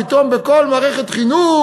פתאום בכל מערכת חינוך,